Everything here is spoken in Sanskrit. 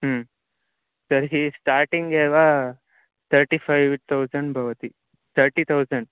तर्हि स्टार्टिङ्ग् एव तर्टिफ़ैव् तौजण्ड् भवति तर्टि तौसण्ड्